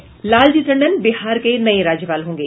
लालजी टंडन बिहार के नये राज्यपाल होंगे